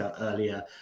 earlier